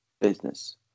business